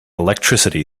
electricity